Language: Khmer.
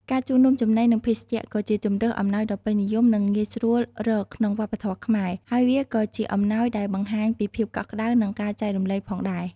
ការជូននំចំណី និងភេសជ្ជៈ ក៏ជាជម្រើសអំណោយដ៏ពេញនិយម និងងាយស្រួលរកក្នុងវប្បធម៌ខ្មែរ ហើយវាក៏ជាអំណោយដែលបង្ហាញពីភាពកក់ក្ដៅ និងការចែករំលែកផងដែរ។